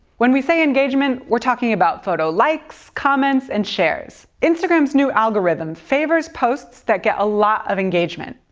when we say engagement, we're talking about photo likes, comments, and shares. instagram's new algorithm favors posts that get a lot of engagement.